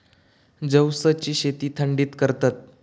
जवसची शेती थंडीत करतत